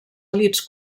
elits